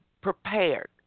prepared